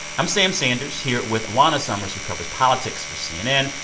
i'm sam sanders here with juana summers who covers politics for cnn,